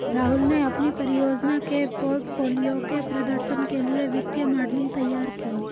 राहुल ने अपनी परियोजना के पोर्टफोलियो के प्रदर्शन के लिए वित्तीय मॉडलिंग तैयार की